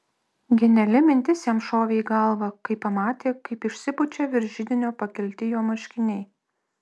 geniali mintis jam šovė į galvą kai pamatė kaip išsipučia virš židinio pakelti jo marškiniai